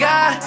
God